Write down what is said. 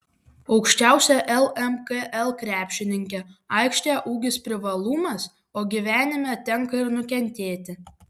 aukščiausia lmkl krepšininkė aikštėje ūgis privalumas o gyvenime tenka ir nukentėti